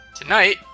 tonight